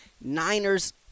Niners